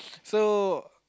so